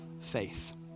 faith